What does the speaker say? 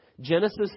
Genesis